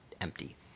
empty